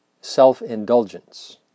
self-indulgence